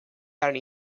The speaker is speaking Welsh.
arni